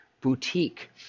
boutique